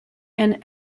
and